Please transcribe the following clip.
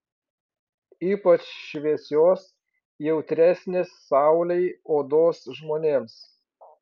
ypač šviesios jautresnės saulei odos žmonėms